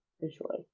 visually